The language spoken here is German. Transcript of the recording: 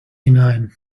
hinein